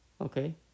Okay